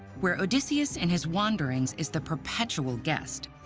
where odysseus in his wanderings is the perpetual guest,